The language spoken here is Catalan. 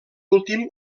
últim